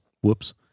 Whoops